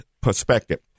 perspective